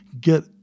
get